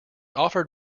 offered